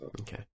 Okay